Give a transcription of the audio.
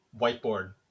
whiteboard